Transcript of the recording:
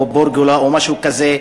או פרגולה או משהו כזה,